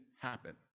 happen